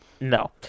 No